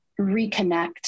reconnect